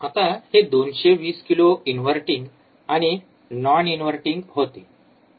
आता हे २२० kilo inverting आणि नॉन इन्व्हर्टिंग होते